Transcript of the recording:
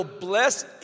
bless